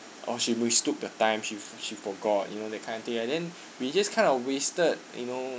oh she mistook the time she she forgot you know that kind of thing lah then we just kind of wasted you know